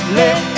let